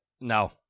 No